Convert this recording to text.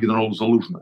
generolu zalūžna